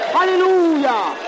Hallelujah